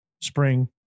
spring